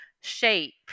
shape